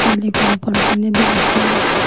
মালিকৰ পইচায়েদি নহয়